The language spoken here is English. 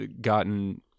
gotten